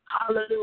Hallelujah